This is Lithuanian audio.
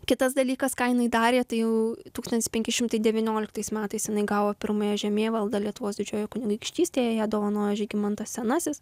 kitas dalykas ką jinai darė tai jau tūkstantis penki šimtai devynioliktais metais jinai gavo pirmąją žemėvaldą lietuvos didžiojoj kunigaikštystėj ją dovanojo žygimantas senasis